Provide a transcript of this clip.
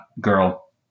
girl